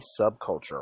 subculture